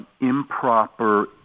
improper